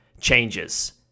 changes